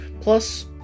plus